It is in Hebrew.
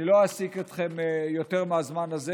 אני לא אעסיק אתכם יותר מהזמן הזה,